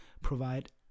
provide